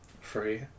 Free